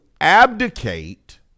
abdicate